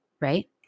right